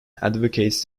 advocates